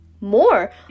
More